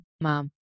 mom